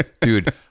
Dude